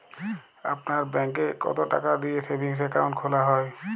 আপনার ব্যাংকে কতো টাকা দিয়ে সেভিংস অ্যাকাউন্ট খোলা হয়?